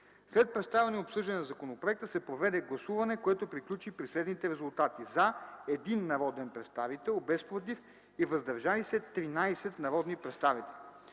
След представяне и обсъждане на законопроекта се проведе гласуване, което приключи при следните резултати: „за” – 1 народен представител, без „против” и „въздържали се” – 13 народни представители.